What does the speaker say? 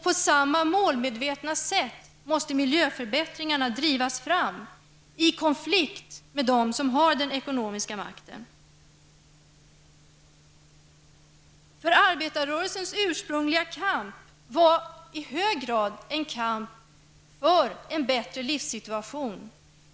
På samma målmedvetna sätt måste miljöförbättringarna drivas fram, i konflikt med dem som har den ekonomiska makten. Arbetarrörelsens urspungliga kamp var i hög grad en kamp för en bättre livssituation.